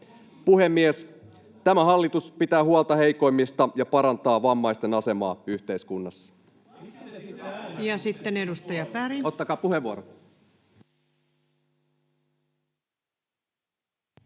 Puhemies! Tämä hallitus pitää huolta heikoimmista ja parantaa vammaisten asemaa yhteiskunnassa.